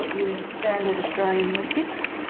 your standard australian weet-bix,